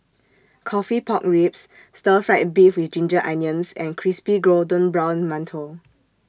Coffee Pork Ribs Stir Fried Beef with Ginger Onions and Crispy Golden Brown mantou